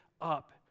up